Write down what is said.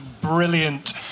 Brilliant